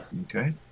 Okay